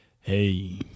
Hey